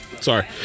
Sorry